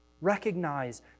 Recognize